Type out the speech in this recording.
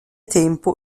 tempo